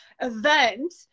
event